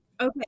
Okay